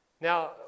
Now